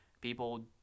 people